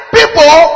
people